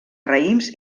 raïms